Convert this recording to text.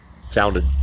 sounded